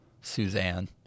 Suzanne